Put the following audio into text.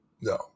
No